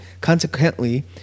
Consequently